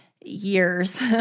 years